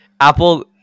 Apple